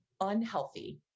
unhealthy